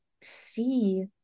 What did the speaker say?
see